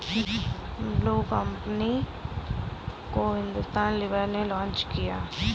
Bru coffee company को Hindustan Lever ने launch किया था